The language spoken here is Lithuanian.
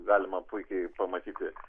galima puikiai pamatyti